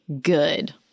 good